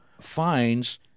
finds